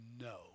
no